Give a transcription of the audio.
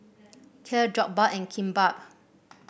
Kheer Jokbal and Kimbap